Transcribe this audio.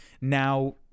now